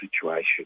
situation